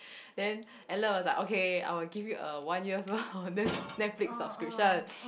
then Ellen was like okay I will give you a one year's worth of net~ Netflix subscription